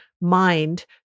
mind